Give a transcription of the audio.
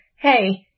hey